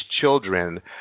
children